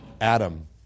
Adam